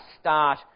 start